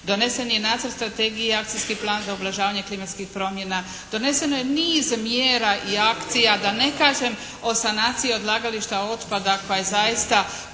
Donesen je i Nacrt strategije i akcijski plan za ublažavanje klimatskih promjena. Doneseno je niz mjera i akcija, da ne kažem o sanaciji odlagališta otpada koja je zaista